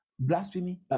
blasphemy